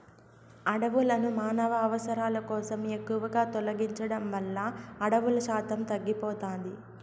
అడవులను మానవ అవసరాల కోసం ఎక్కువగా తొలగించడం వల్ల అడవుల శాతం తగ్గిపోతాది